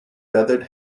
feathered